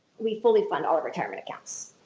we fully fund all our retirement accounts.